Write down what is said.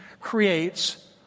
creates